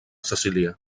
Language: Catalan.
cecília